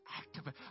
activate